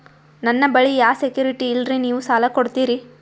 ನನ್ನ ಬಳಿ ಯಾ ಸೆಕ್ಯುರಿಟಿ ಇಲ್ರಿ ನೀವು ಸಾಲ ಕೊಡ್ತೀರಿ?